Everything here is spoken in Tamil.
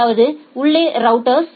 அதாவது உள்ளே ரவுட்டர்